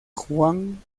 juan